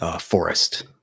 Forest